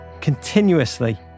continuously